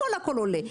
הכול עולה.